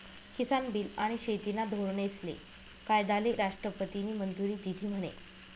किसान bill आनी शेतीना धोरनेस्ले कायदाले राष्ट्रपतीनी मंजुरी दिधी म्हने?